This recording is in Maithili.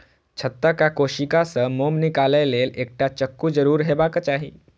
छत्ताक कोशिका सं मोम निकालै लेल एकटा चक्कू जरूर हेबाक चाही